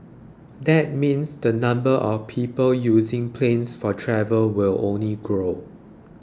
that means the number of people using planes for travel will only grow